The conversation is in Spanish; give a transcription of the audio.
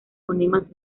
fonemas